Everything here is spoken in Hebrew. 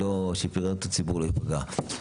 שלא, שבריאות הציבור לא תיפגע.